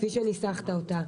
כפי שניסחת אותה,